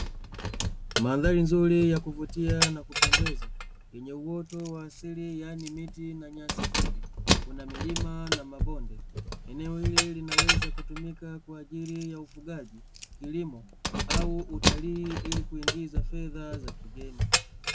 Mandhari nzuri ya kuvutia na kupendeza, yenye uoto wa asili yaani miti na nyasi fupi, kuna milima na mabonde. Eneo hili linaweza kutumika kwa ajili ya ufugaji, kilimo au utalii ili kuingiza fedha za kigeni.